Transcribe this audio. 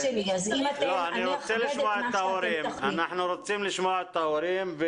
אני רוצה לשמוע את ההורים.